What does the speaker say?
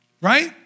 right